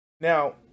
Now